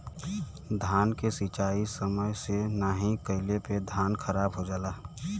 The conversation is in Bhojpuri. धान के सिंचाई समय से नाहीं कइले पे धान खराब हो जाला